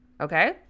okay